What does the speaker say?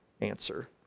answer